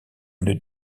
une